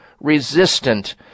resistant